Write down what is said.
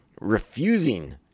refusing